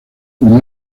como